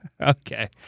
Okay